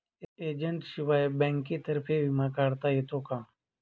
एजंटशिवाय बँकेतर्फे विमा काढता येतो का?